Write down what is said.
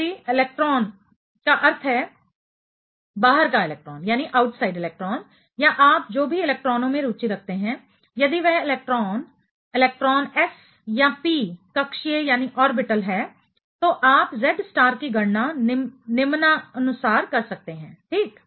यदि इलेक्ट्रॉन का अर्थ है बाहर का इलेक्ट्रॉन या आप जो भी इलेक्ट्रॉनों में रुचि रखते हैं यदि वह इलेक्ट्रॉन इलेक्ट्रॉन s या p कक्षीय ऑर्बिटल है तो आप Z स्टार की गणना निम्नानुसार कर सकते हैं ठीक